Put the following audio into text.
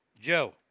Joe